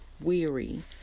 weary